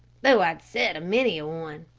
though i'd set many a one.